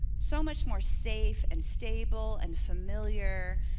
so much more safe, and stable, and familiar,